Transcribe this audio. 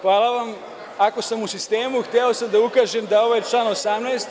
Hvala vam, ako sam u sistemu hteo sam da ukažem da ovaj član 18.